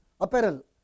apparel